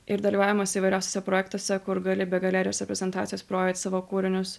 ir dalyvavimas įvairiausiuose projektuose kur gali be galerijos reprezentacijos parodyti savo kūrinius